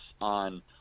on